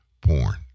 porn